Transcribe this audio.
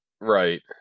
Right